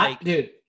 dude